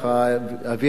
ה-VIP,